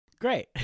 great